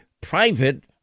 private